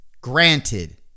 granted